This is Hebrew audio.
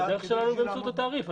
רק עכשיו --- את התעריף.